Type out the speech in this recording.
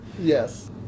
Yes